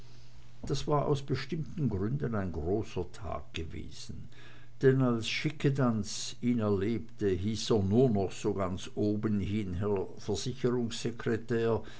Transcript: das war aus bestimmten gründen ein großer tag gewesen denn als schickedanz ihn erlebte hieß er nur noch so ganz obenhin herr